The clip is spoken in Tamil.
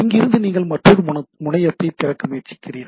இங்கிருந்து நீங்கள் மற்றொரு முனையத்தைத் திறக்க முயற்சிக்கிறீர்கள்